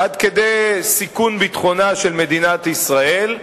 עד כדי סיכון ביטחונה של מדינת ישראל,